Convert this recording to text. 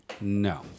No